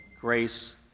grace